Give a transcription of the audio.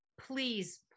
please